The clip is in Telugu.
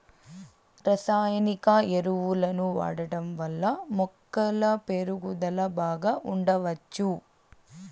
రసాయనిక ఎరువులను వాడటం వల్ల మొక్కల పెరుగుదల బాగా ఉండచ్చు